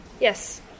yes